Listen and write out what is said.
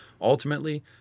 ultimately